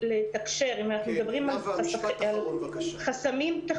יש לי ילד עם בעיות נפשיות ויש לי ילד עם מערכת חיסונית שהוא בבית.